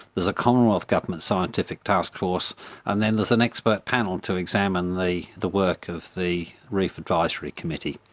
there's a commonwealth government scientific task force and then there's an expert panel to examine the the work of the reef advisory committee.